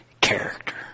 Character